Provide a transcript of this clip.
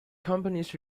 companies